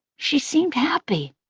she seemed happy.